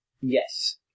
Yes